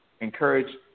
encourage